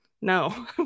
No